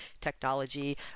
technology